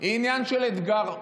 היא עניין של אתגר.